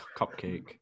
Cupcake